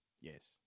Yes